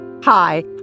Hi